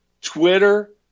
Twitter